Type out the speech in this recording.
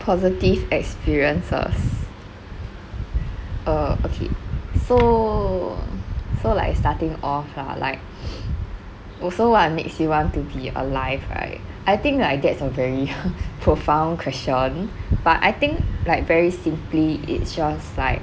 positive experiences uh okay so so like starting off lah like oh so what makes you want to be alive right I think like that's a very profound question but I think like very simply it's just like